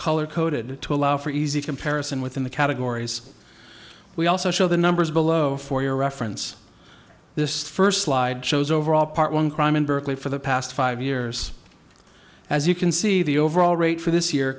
color coded to allow for easy comparison within the categories we also show the numbers below for your reference this first slide shows overall part one crime in berkeley for the past five years as you can see the overall rate for this year